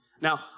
Now